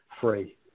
free